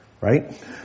Right